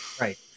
Right